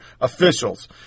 officials